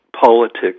politics